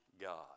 God